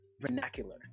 vernacular